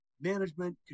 management